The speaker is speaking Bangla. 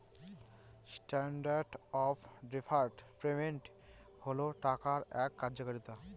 স্ট্যান্ডার্ড অফ ডেফার্ড পেমেন্ট হল টাকার এক কার্যকারিতা